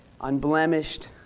unblemished